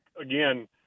again